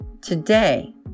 Today